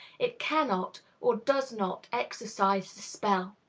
it cannot or does not exorcise the spell.